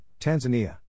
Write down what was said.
Tanzania